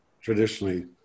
traditionally